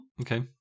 Okay